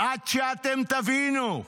עד שאתם תבינו,